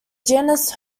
genus